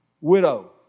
widow